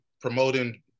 promoting